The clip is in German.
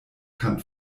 kann